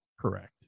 Correct